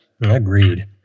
Agreed